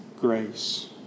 grace